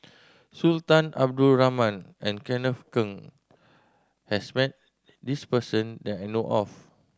Sultan Abdul Rahman and Kenneth Keng has met this person that I know of